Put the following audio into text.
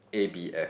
a_b_f